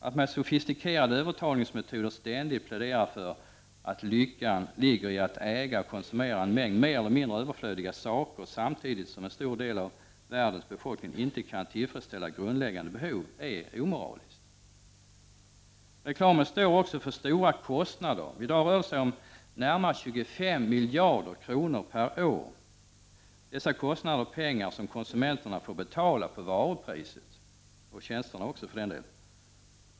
Att med sofistikerade övertalningsmetoder ständigt hävda att lyckan ligger i att äga och konsumera en mängd mer eller mindre överflödiga saker samtidigt som en stor del av världens befolkning inte kan tillfredsställa grundläggande behov är omoraliskt. Reklamen står också för stora kostnader: Det rör sig om närmare 25 miljarder kronor varje år. Dessa kostnader är pengar som konsumenterna får betala genom varupriset, och priset på tjänsterna också för den delen.